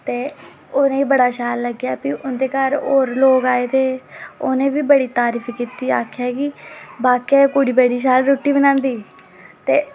ते उ'नेंगी बड़ा शैल लग्गेआ ते भी उं'दे घर होर लोग आए दे हे ते उ'नें बी बड़ी तारीफ कीती ते आखेआ कि वाकई कुड़ी बड़ी शैल रुट्टी बनांदी ते